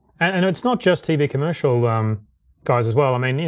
and it's not just tv commercial um guys as well. um i mean,